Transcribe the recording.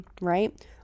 right